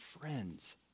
friends